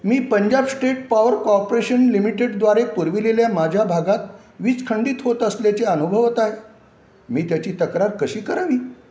मी Punjab State Power Corporation लिमिटेडद्वारे पुरवलेल्या माझ्या भागात वीज खंडित होत असल्याचे अनुभवत आहे मी त्याची तक्रार कशी करावी